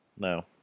No